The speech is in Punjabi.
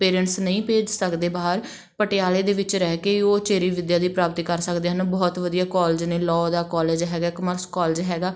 ਪੇਰੈਂਟਸ ਨਹੀਂ ਭੇਜ ਸਕਦੇ ਬਾਹਰ ਪਟਿਆਲੇ ਦੇ ਵਿੱਚ ਰਹਿ ਕੇ ਉਹ ਉਚੇਰੀ ਵਿੱਦਿਆ ਦੀ ਪ੍ਰਾਪਤੀ ਕਰ ਸਕਦੇ ਹਨ ਬਹੁਤ ਵਧੀਆ ਕੋਲਜ ਨੇ ਲੋਅ ਦਾ ਕੋਲਜ ਹੈਗਾ ਕਮਰਸ ਕੋਲਜ ਹੈਗਾ